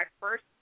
first